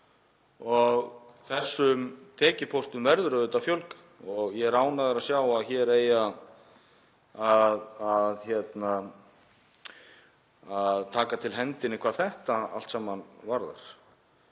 Þessum tekjupóstum verður auðvitað að fjölga og ég er ánægður að sjá að hér eigi að taka til hendinni hvað þetta allt saman varðar.